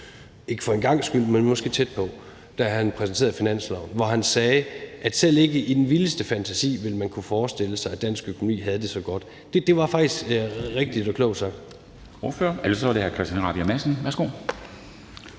ikke for en gangs skyld, men måske tæt på – da han præsenterede finansloven, hvor han sagde, at selv ikke i den vildeste fantasi ville man kunne forestille sig, at dansk økonomi havde det så godt. Det var faktisk rigtigt og klogt sagt.